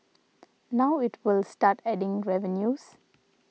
now it will start adding revenues